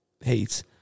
hates